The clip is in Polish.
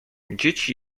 dzieci